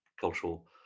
cultural